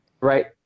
right